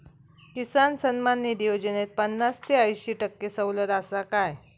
किसान सन्मान निधी योजनेत पन्नास ते अंयशी टक्के सवलत आसा काय?